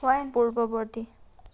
পূৰ্ৱবৰ্তী